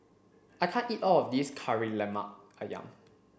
I can't eat all of this Kari Lemak Ayam